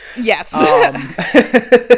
Yes